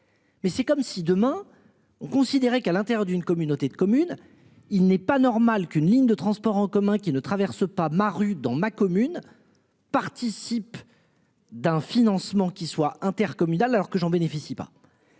Mais c'est comme si demain on considérait qu'à l'intérieur d'une communauté de commune, il n'est pas normal qu'une ligne de transport en commun qui ne traverse pas Maru dans ma commune. Participe. D'un financement qui soit intercommunal alors que j'en bénéficie pas.